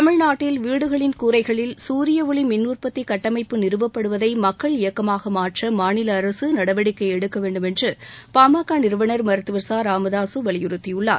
தமிழ்நாட்டில் வீடுகளின் கூரைகளில் குரியஒளி மின் உற்பத்தி கட்டமைப்பு நிறுவப்படுவதை மக்கள் இயக்கமாக மாற்ற மாநில அரசு நடவடிக்கை எடுக்க வேண்டுமென்று பாமக நிறுவனா் மருத்துவர் ச ராமதாக வலியுறுத்தியுள்ளார்